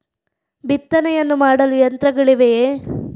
ಬಿತ್ತನೆಯನ್ನು ಮಾಡಲು ಯಂತ್ರಗಳಿವೆಯೇ?